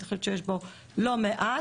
אני חושבת שיש בו לא מעט.